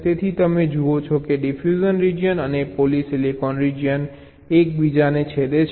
તેથી તમે જુઓ છો કે ડિફ્યુઝન રીજીયન અને પોલિસિલિકોન રીજીયન એકબીજાને છેદે છે